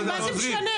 מה זה משנה?